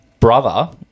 Brother